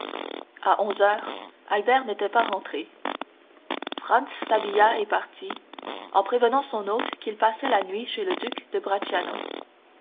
à onze heures albert n'était pas rentré franz s'habilla et partit en prévenant son hôte qu'il passait la nuit chez le duc de